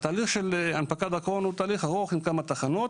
התהליך של הנפקת דרכון הוא תהליך ארוך עם כמה תחנות.